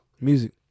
Music